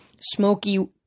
smoky